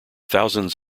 thousands